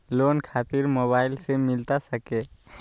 Loan खातिर mobile से मिलता सके?